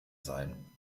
sein